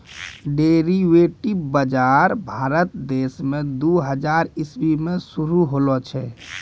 derivative बजार भारत देश मे दू हजार इसवी मे शुरू होलो छै